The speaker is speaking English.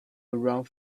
around